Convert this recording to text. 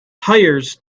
hires